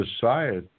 society